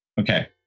Okay